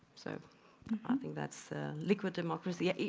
so i think that's liquid democracy. ah